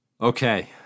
Okay